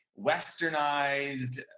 westernized